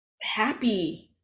happy